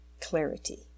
clarity